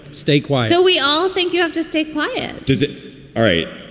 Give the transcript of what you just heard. stay quiet so we all think you have to stay quiet. did it all right.